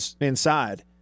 inside